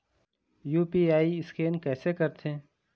UPI scan कइसे करथे?